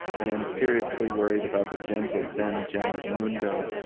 and i'm seriously worried about the gentle zen gem of mundo,